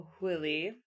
Willie